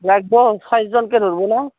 লাগব চাৰিজনকে ধৰব না